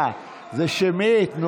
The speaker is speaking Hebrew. אתם ממשיכים, זה שמית, יואב, ממילא.